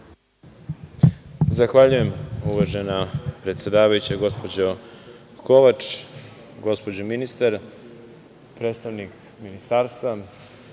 Zahvaljujem uvažena predsedavajuća gospođo Kovač. Gospođo ministar, predstavnik ministarstva,